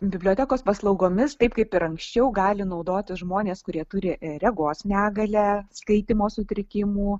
bibliotekos paslaugomis taip kaip ir anksčiau gali naudotis žmonės kurie turi regos negalią skaitymo sutrikimų